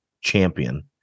champion